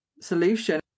solution